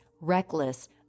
reckless